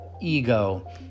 ego